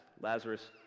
Lazarus